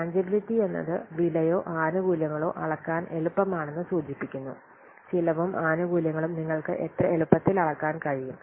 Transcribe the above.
tangibility എന്നത് വിലയോ ആനുകൂല്യങ്ങളോ അളക്കാൻ എളുപ്പമാണെന്ന് സൂചിപ്പിക്കുന്നു ചെലവും ആനുകൂല്യങ്ങളും നിങ്ങൾക്ക് എത്ര എളുപ്പത്തിൽ അളക്കാൻ കഴിയും